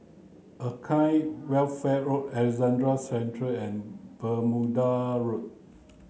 Acacia Welfare Alexandra Central and Bermuda Road